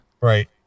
Right